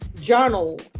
journal